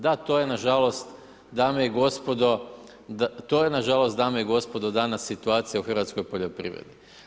Da to je nažalost, dame i gospodo, to je nažalost dame i gospodo danas situacija u hrvatskoj poljoprivredi.